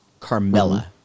Carmella